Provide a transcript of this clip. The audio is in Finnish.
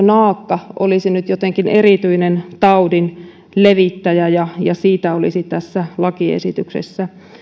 naakka olisi nyt jotenkin erityinen taudin levittäjä ja ja siitä olisi tässä lakiesityksessä